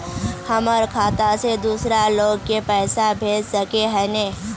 हमर खाता से दूसरा लोग के पैसा भेज सके है ने?